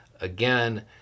Again